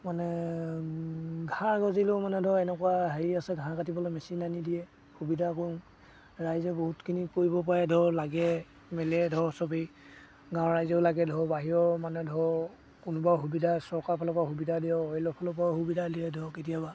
মানে ঘাঁহ গজিলেও মানে ধৰ এনেকুৱা হেৰি আছে ঘাঁহ কাটিবলৈ মেচিন আনি দিয়ে সুবিধা কৰোঁ ৰাইজে বহুতখিনি কৰিব পাৰে ধৰ লাগে মেলে ধৰ চবেই গাঁৱৰ ৰাইজেও লাগে ধৰ বাহিৰৰ মানে ধৰ কোনোবা সুবিধা চৰকাৰৰ ফালৰপৰা সুবিধা দিয়া অন্য ফালৰপৰা সুবিধা দিয়া ধৰক কেতিয়াবা